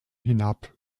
hinab